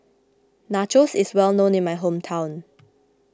Nachos is well known in my hometown